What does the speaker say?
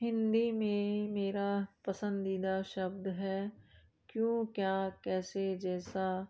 हिन्दी में मेरा पसंदीदा शब्द है क्यों क्या कैसे जैसा